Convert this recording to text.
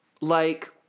like-